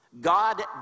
God